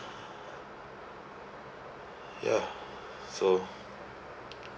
ya so